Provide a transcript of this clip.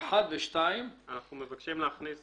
הצבעה בעד